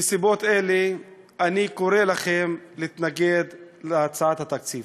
מסיבות אלה אני קורא לכם להתנגד להצעת התקציב.